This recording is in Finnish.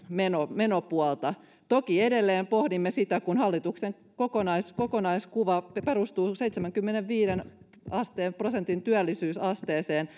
menopuolta toki edelleen pohdimme sitä kun hallituksen kokonaiskuva perustuu seitsemänkymmenenviiden prosentin työllisyysasteeseen